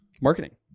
marketing